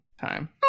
time